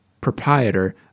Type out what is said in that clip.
proprietor